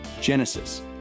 Genesis